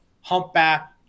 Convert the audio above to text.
humpback